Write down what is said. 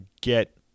get